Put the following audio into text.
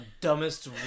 dumbest